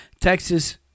Texas